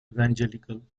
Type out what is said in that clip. evangelical